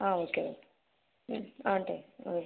ஆ okay okay hmm ah thank you ம்